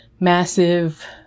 massive